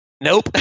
Nope